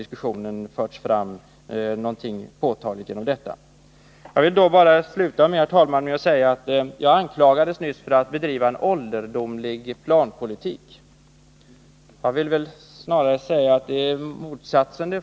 Därför har diskussionen inte påtagligt kunnat föras framåt. Herr talman! Jag vill sluta med att säga att jag nyss anklagades för att bedriva en ålderdomlig planpolitik, men jag vill snarare säga att det är fråga om motsatsen.